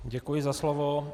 Děkuji za slovo.